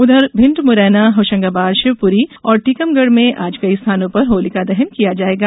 उधर होशंगाबाद शिवपुरी और टीकमगढ में आज कई स्थानों पर होलिका दहन किया जाएगा